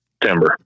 timber